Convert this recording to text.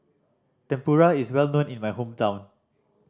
tempura is well known in my hometown